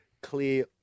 clear